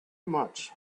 much